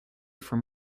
from